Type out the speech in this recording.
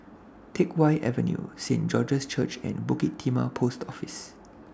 Teck Whye Avenue Saint George's Church and Bukit Timah Post Office